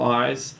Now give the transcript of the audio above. eyes